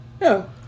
No